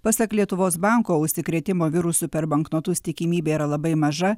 pasak lietuvos banko užsikrėtimo virusu per banknotus tikimybė yra labai maža